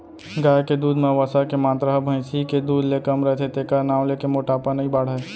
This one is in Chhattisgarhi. गाय के दूद म वसा के मातरा ह भईंसी के दूद ले कम रथे तेकर नांव लेके मोटापा नइ बाढ़य